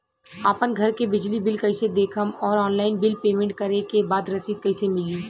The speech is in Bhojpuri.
आपन घर के बिजली बिल कईसे देखम् और ऑनलाइन बिल पेमेंट करे के बाद रसीद कईसे मिली?